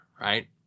right